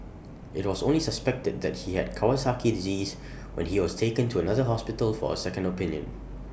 IT was only suspected that he had Kawasaki disease when he was taken to another hospital for A second opinion